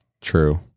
True